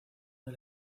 del